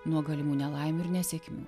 nuo galimų nelaimių ir nesėkmių